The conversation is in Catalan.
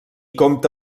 compta